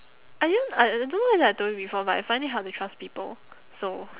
I didn't I I don't know whether I told you before but I find it hard to trust people so